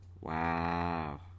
Wow